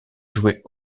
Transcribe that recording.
jouer